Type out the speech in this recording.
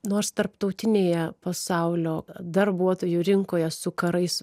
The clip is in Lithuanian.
nors tarptautinėje pasaulio darbuotojų rinkoje su karais